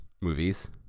movies